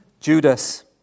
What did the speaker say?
Judas